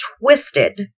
twisted